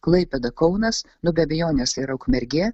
klaipėda kaunas nu be abejonės ir ukmergė